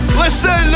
listen